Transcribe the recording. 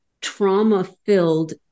trauma-filled